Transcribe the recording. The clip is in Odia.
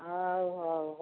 ହଉ ହଉ ହଉ